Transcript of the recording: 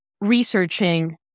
researching